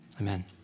Amen